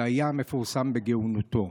שהיה מפורסם בגאוניותו.